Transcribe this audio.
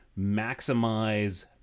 maximize